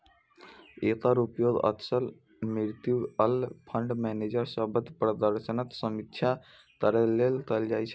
एकर उपयोग अक्सर mutual fund manager सभक प्रदर्शनक समीक्षा करै लेल कैल जाइ छै